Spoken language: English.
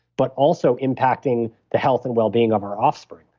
but also impacting the health and wellbeing of our offspring,